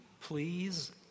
please